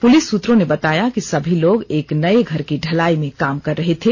police सूत्रों ने बताया सभी लोग एक नए घर हुई ढलाई में काम कर रहे थे